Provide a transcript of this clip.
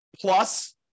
plus